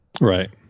Right